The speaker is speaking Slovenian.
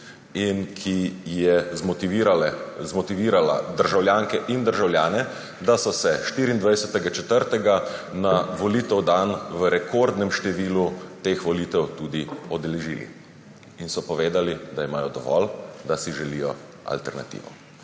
in ki je zmotivirala državljanke in državljane, da so se 24. 4., na volitev dan v rekordnem številu teh volitev tudi udeležili. In so povedali, da imajo dovolj, da si želijo alternativo.